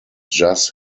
just